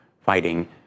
fighting